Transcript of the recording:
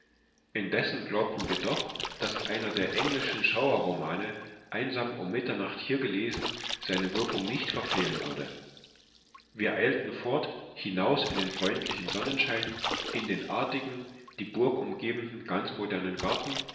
indessen glauben wir doch daß einer der englischen schauerromane einsam um mitternacht hier gelesen seine wirkung nicht verfehlen würde wir eilten fort hinaus in den freundlichen sonnenschein in den artigen die burg umgebenden ganz modernen garten